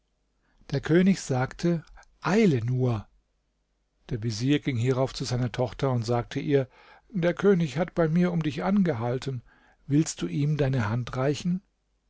der könig sagte eile nur der vezier ging hierauf zu seiner tochter und sagte ihr der könig hat bei mir um dich angehalten willst du ihm deine hand reichen